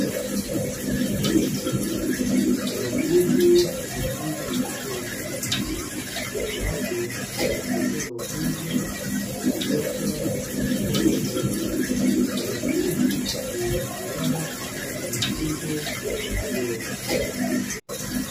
Wanafunzi wa mafunzo ya vitendo, wapo wakipokea mafunzo kutoka kwa mwalimu. Wanafunzi ni wenye furaha kutokana na mafunzo wanayopewa.